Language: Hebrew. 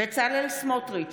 בצלאל סמוטריץ'